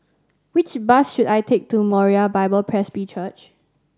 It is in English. which bus should I take to Moriah Bible Presby Church